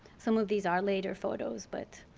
some of these are later photos, but